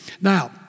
Now